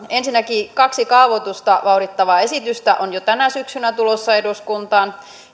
ensinnäkin kaksi kaavoitusta vauhdittavaa esitystä on jo tänä syksynä tulossa eduskuntaan